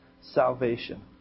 salvation